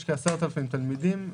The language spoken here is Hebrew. יש כ-10,000 תלמידים.